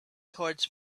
towards